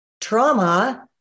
trauma